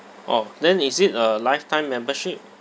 orh then is it a lifetime membership